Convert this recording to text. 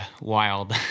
wild